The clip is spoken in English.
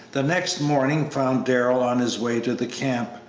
the next morning found darrell on his way to the camp,